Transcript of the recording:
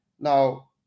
Now